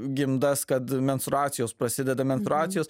gimdas kad menstruacijos prasideda menstruacijos